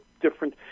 different